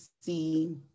see